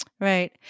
Right